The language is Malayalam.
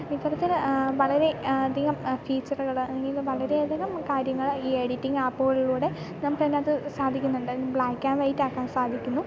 ഇത്തരത്തിൽ വളരെ അധികം ഫീച്ചറുകൾ അല്ലെങ്കിൽ വളരെയധികം കാര്യങ്ങൾ ഈ എഡിറ്റിങ്ങ് ആപ്പുകളിലൂടെ നമുക്കതിനകത്ത് സാധിക്കുന്നുണ്ട് ബ്ലാക്ക് ആൻഡ് വൈറ്റ് ആക്കാൻ സാധിക്കുന്നു